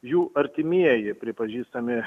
jų artimieji pripažįstami